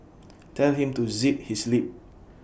tell him to zip his lip